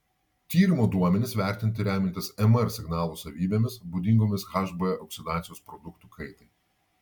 tyrimo duomenys vertinti remiantis mr signalo savybėmis būdingomis hb oksidacijos produktų kaitai